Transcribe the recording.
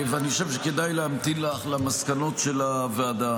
אני חושב שכדאי להמתין למסקנות של הוועדה.